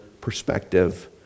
perspective